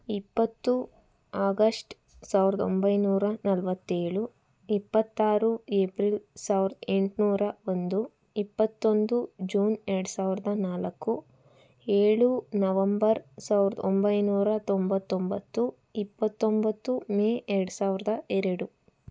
ಇಪ್ಪತ್ತು ಆಗಷ್ಟ್ ಸಾವಿರದೊಂಬೈನೂರ ನಲವತ್ತೇಳು ಇಪ್ಪತ್ತಾರು ಏಪ್ರಿಲ್ ಸಾವಿರದ ಎಂಟುನೂರ ಒಂದು ಇಪ್ಪತ್ತೊಂದು ಜೂನ್ ಎರಡುಸಾವಿರದ ನಾಲ್ಕು ಏಳು ನವಂಬರ್ ಸಾವಿರದ ಒಂಬೈನೂರ ತೊಂಬತ್ತೊಂಬತ್ತು ಇಪ್ಪತೊಂಬತ್ತು ಮೇ ಎರಡು ಸಾವಿರದ ಎರಡು